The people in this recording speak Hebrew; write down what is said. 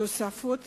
תוספות